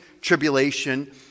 tribulation